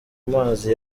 mazi